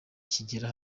kigera